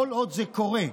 כל עוד זה קורה,